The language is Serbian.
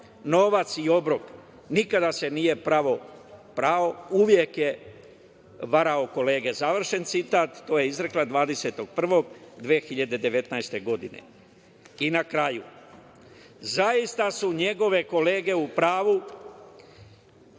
novac i obrok, nikada se nije prao, uvek je varao kolege“, završen citat. To je izrekla 20.01.2019. godine. Na kraju, zaista su njegove kolege u pravu